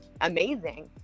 amazing